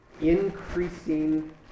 increasing